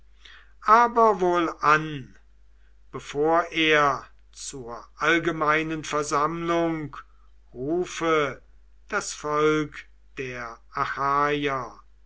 aber wohlan bevor er zur allgemeinen versammlung rufe das volk der